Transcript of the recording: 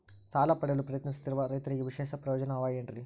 ಸಾಲ ಪಡೆಯಲು ಪ್ರಯತ್ನಿಸುತ್ತಿರುವ ರೈತರಿಗೆ ವಿಶೇಷ ಪ್ರಯೋಜನ ಅವ ಏನ್ರಿ?